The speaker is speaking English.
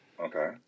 Okay